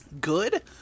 good